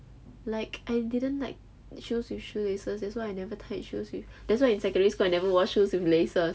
like I didn't like shoes with shoelaces that's why I never tied shoes with that's why in secondary school I never wore shoes with laces